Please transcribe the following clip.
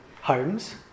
homes